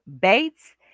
Bates